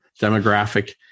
demographic